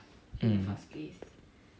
mm